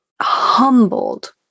humbled